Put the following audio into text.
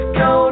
go